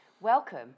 Welcome